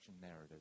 narrative